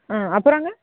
ஆ அப்புறங்க